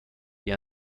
die